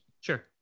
Sure